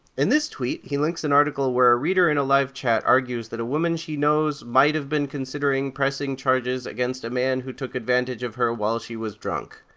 in this tweet he links an article where a reader in a live chat argues that a woman she knows might have been considering pressing charges against a man who took advantage of her while she was drunk.